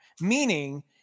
Meaning